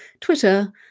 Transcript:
Twitter